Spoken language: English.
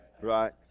right